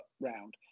round